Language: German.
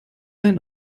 ein